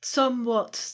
somewhat